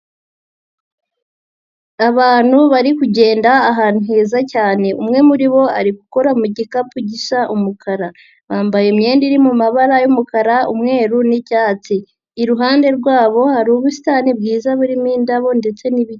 Abantu bari kugenda ahantu heza cyane, umwe muri bo ari gukora mu gikapu gisa umukara, bambaye imyenda iri mumabara y'umukara, mweru n'icyatsi, iruhande rwabo hari ubusitani bwiza burimo indabo ndetse n'ibiti.